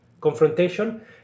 confrontation